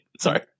Sorry